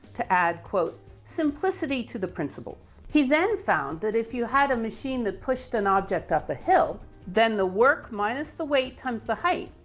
to add quote, simplicity to the principles. he then found that if you had a machine that pushed an object up a hill then the work minus the wait times the height,